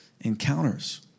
encounters